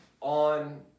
on